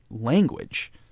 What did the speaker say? language